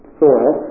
soil